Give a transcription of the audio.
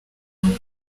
umwe